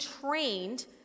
trained